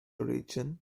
region